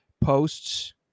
posts